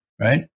Right